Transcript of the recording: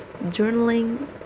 journaling